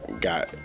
got